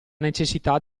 necessità